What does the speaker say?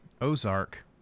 Ozark